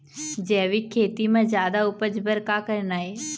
जैविक खेती म जादा उपज बर का करना ये?